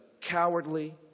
cowardly